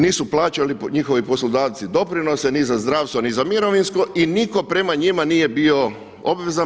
Nisu plaćali njihovi poslodavci doprinose ni za zdravstvo ni za mirovinsko i nitko prema njima nije bio obvezan.